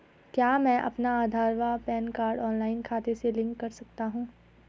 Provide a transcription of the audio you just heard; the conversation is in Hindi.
क्या मैं अपना आधार व पैन कार्ड ऑनलाइन खाते से लिंक कर सकता हूँ?